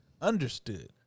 understood